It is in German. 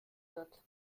wird